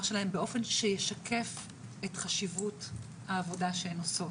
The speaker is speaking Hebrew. שלהם באופן שישקף את חשיבות העבודה שהן עושות,